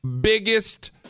biggest